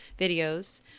videos